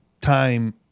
time